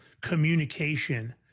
communication